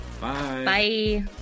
Bye